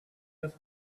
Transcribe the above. his